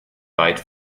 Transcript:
weit